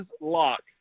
lock